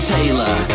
Taylor